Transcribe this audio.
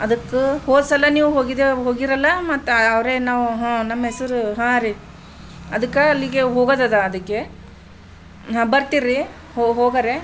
ಅದಕ್ಕೆ ಹೋದಸಲ ನೀವು ಹೋಗಿದ್ದೆವು ಹೋಗಿರಲ್ಲ ಮತ್ತು ಅವ್ರೇನು ನಾವು ಹಾಂ ನಮ್ಮ ಹೆಸ್ರು ಹಾಂ ರೀ ಅದಕ್ಕೆ ಅಲ್ಲಿಗೆ ಹೋಗೋದದ ಅದಕ್ಕೆ ಹಾಂ ಬರ್ತೀರಿ ಹೋ ಹೋಗರೆ